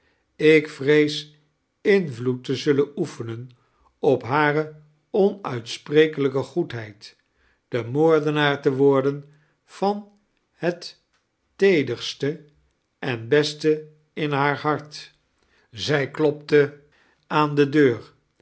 ik vnee invloed te zullen oefenen op bard onuitsprekelijke goedheid de moqrdianaax te worden van het teeders t e en beste in haar hart zij klopte aan de deur